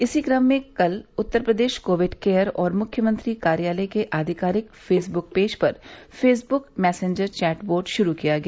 इसी क्रम में कल उत्तर प्रदेश कोविड केयर और मुख्यमंत्री कार्यालय के आधिकारिक फेसबुक पेज पर फेसबुक मैसेंजर चैटबोट शुरू किया गया